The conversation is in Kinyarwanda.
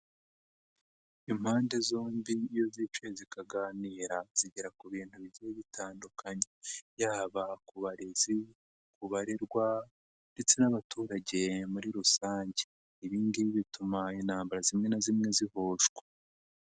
Impande zombi iyo zicaye zikaganira zigera ku bintu bigiye bitandukanye yaba ku barezi, ku barerwa ndetse n'abaturage muri rusange, ibi ngibi bituma intambara zimwe na zimwe zihoshwa.